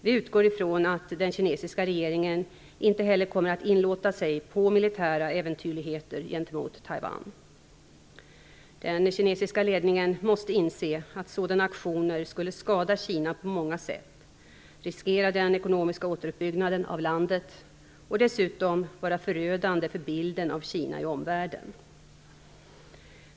Vi utgår ifrån att den kinesiska regeringen inte heller kommer att inlåta sig på militära äventyrligheter gentemot Taiwan. Den kinesiska ledningen måste inse att sådana aktioner skulle skada Kina på många sätt, riskera den ekonomiska återuppbyggnaden av landet och dessutom vara förödande för bilden av Kina i omvärlden.